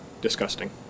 disgusting